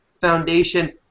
Foundation